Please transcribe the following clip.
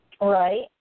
Right